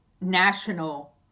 national